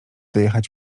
dojechać